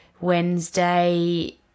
Wednesday